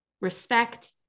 respect